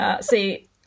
See